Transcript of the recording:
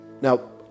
Now